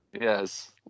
Yes